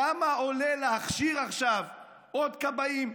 כמה עולה להכשיר עכשיו עוד כבאים,